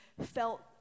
felt